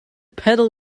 pedal